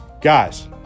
Guys